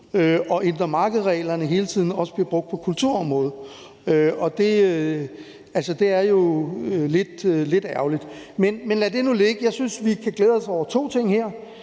og indre marked-reglerne hele tiden også bliver brugt på kulturområdet. Og det er jo lidt ærgerligt. Men lad det nu ligge. Jeg synes, vi skal glæde os over to ting her.